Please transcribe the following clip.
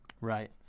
Right